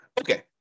Okay